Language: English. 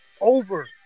over